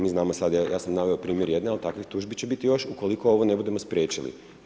Mi znamo sad, evo ja sam naveo primjer jedne ali takvih tužbi će biti još ukoliko ovo ne budemo spriječili.